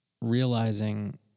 realizing